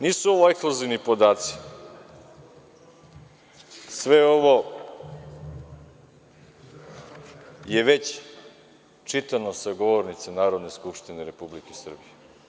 Nisu ovo ekskluzivni, sve ovo je već čitano sa govornice Narodne skupštine Republike Srbije.